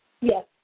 Yes